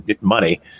money